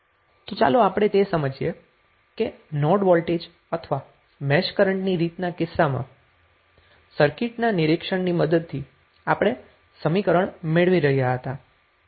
તો ચાલો આપણે તે સમજીએ કે નોડ વોલ્ટેજ અથવા મેશ કરન્ટની રીતના કિસ્સામાં સર્કિટ ના નિરીક્ષણની મદદથી આપણે સમીકરણ મેળવી રહ્યા હતા